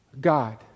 God